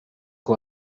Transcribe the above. uko